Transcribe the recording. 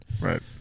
Right